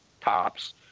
tops